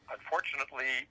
Unfortunately